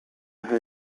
her